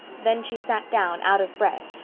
then she sat down out of breath,